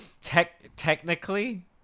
Technically